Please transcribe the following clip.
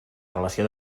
relació